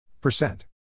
Percent